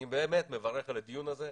אני באמת מברך על הדיון הזה.